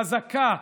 חזקה,